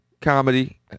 comedy